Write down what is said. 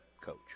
coach